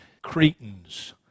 Cretans